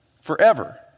forever